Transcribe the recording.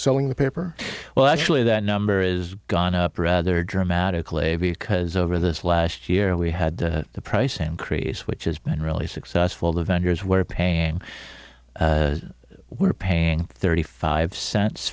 selling the paper well actually that number is gone up rather dramatically because over this last year we had the price increase which has been really successful the vendors were paying were paying thirty five cents